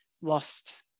lost